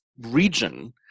region